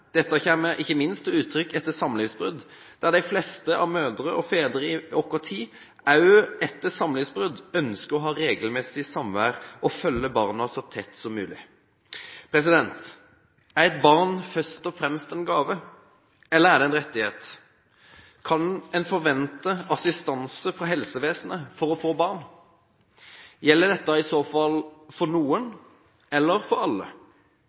Dette kommer ikke minst til uttrykk etter samlivsbrudd, hvor de fleste mødre og fedre i vår tid, også etter samlivsbrudd, ønsker å ha regelmessig samvær og følge barna så tett som mulig. Er et barn først og fremst en gave, eller er det en rettighet? Kan en forvente assistanse fra helsevesenet for å få barn? Gjelder dette i så fall for noen eller for alle?